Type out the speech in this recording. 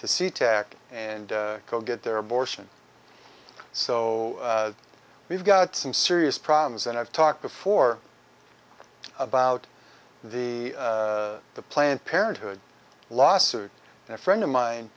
sea tac and go get their abortion so we've got some serious problems and i've talked before about the the planned parenthood lawsuit and a friend of mine